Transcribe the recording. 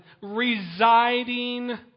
residing